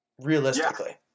realistically